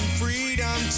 freedom